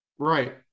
Right